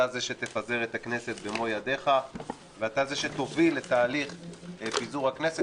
אתה זה שתפזר את הכנסת במו ידיך ואתה זה שתוביל את תהליך פיזור הכנסת,